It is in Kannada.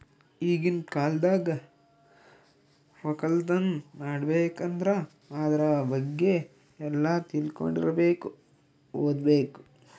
ಈಗಿನ್ ಕಾಲ್ದಾಗ ವಕ್ಕಲತನ್ ಮಾಡ್ಬೇಕ್ ಅಂದ್ರ ಆದ್ರ ಬಗ್ಗೆ ಎಲ್ಲಾ ತಿಳ್ಕೊಂಡಿರಬೇಕು ಓದ್ಬೇಕು